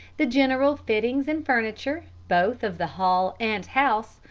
the general fittings and furniture, both of the hall and house,